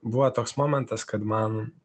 buvo toks momentas kad man